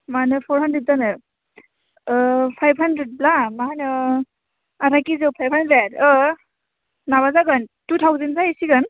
मानो four hundred जानो five हान्द्रेदब्ला मा होनो आधा किजियाव फाइभ हान्द्रेद माबा जागोन थु थावजेन जाहैसिगोन